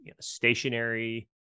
stationary